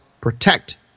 protect